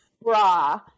bra